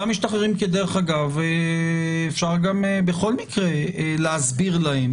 אותם משתחררים, דרך אגב, אפשר בכל מקרה להסביר להם